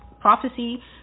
prophecy